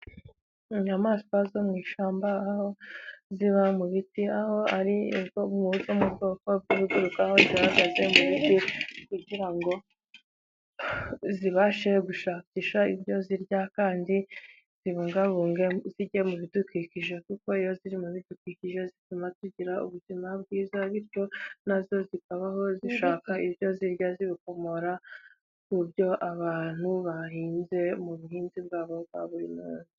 Inyamaswa zo mu ishyamba aho ziba mu biti, aho arizo mu bwoko bw'ibiguruka hagaragaje mu migi kugira ngo zibashe gushakisha ibyo zirya kandi zibungabunge zijya mu bidukikije kuko iyo ziri mu bidukikije zituma tugira ubuzima bwiza bityo nazo zikabaho zishaka ibyo zirya zikomora ku byo abantu bahinze mu buhinzi bwabo babonyeyo.